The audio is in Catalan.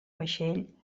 vaixell